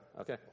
Okay